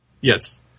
Yes